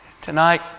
Tonight